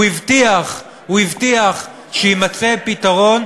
הוא הבטיח שיימצא פתרון,